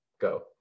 go